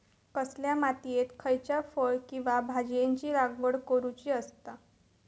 कसल्या मातीयेत खयच्या फळ किंवा भाजीयेंची लागवड करुची असता?